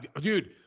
dude